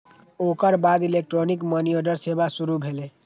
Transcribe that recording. ओकर बाद electronic money order सेवा शुरू भेलै